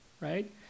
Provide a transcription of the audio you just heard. right